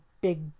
big